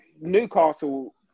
Newcastle